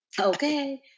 Okay